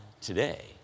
today